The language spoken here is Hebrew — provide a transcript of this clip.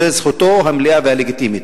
זו זכותו המלאה והלגיטימית.